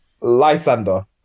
Lysander